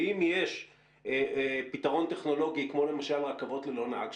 ואם יש פתרון טכנולוגי כמו למשל רכבות ללא נהג,